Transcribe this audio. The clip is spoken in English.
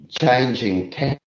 changing